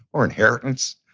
or inheritance,